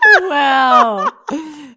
Wow